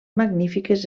magnífiques